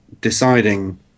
deciding